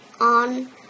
On